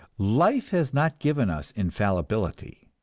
life has not given us infallibility,